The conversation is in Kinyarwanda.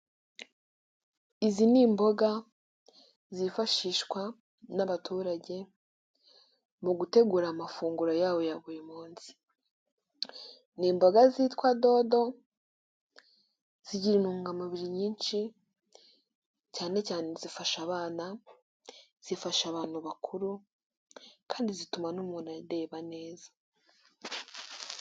Izi ni imboga zifashishwa n'abaturage, mu gutegura amafunguro ya buri munsi n'imboga zitwa dodo zigira intungamubiri nyinshi cyane zifafasha abana zifasha abantu bakuru kandi zituma n'umuntu arebaba neza.